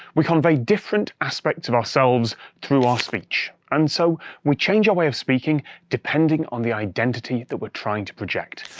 we convey different aspects of ourselves through our speech, and so we change our way of speaking depending on the identity that we're trying to project.